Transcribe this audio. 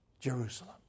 Jerusalem